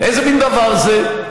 איזה מין דבר זה?